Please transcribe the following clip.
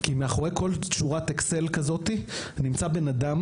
כי מאחורי כל שורת אקסל כזאת נמצא בן אדם